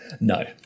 No